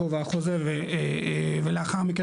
גובה החוזה ולאחר מכן,